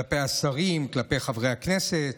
כלפי השרים, כלפי חברי הכנסת,